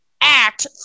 act